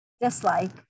dislike